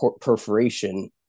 perforation